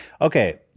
okay